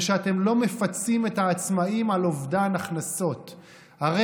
ושאתם לא מפצים את העצמאים על אובדן הכנסות בו?